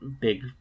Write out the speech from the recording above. big